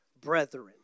brethren